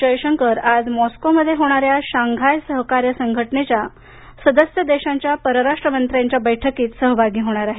जयशंकर आज मॉस्कोमध्ये होणाऱ्या शांघाय सहकार्य संघटनेच्या सदस्य देशांच्या परराष्ट्र मंत्र्यांच्या परिषदेत सहभागी होणार आहेत